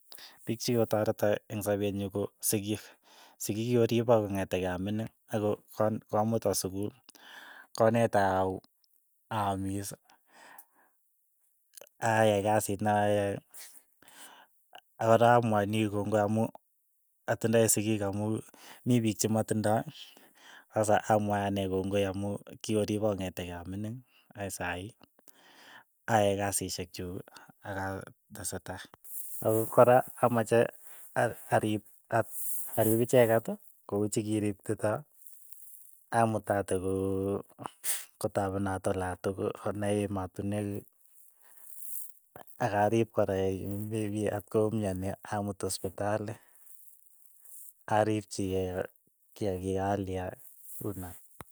Piik chikikoteroto eng' sapeet nyu ko sikiik, sikii ko kikoripo kong'ete a mining, ako ko- komuta sukul, koneta a'amis, ayai kasiit nayae, a kora amwachini kongoi amu atindoi amu mi piik chi matindoi. sasa amwae anee kongoi amu kikoripo ko ng'eteketei a mining akoi saii, ayai kasishek chuk aka tesetai, ako kora amache aa- a- arip icheket kou chikiriptitoo amutate koo tapenot oaltukul, konai emotinwek, ak arip kora at ko myonio amut hospitali, aripi chi kei kiakiik aalchikei aa unoot.